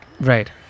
Right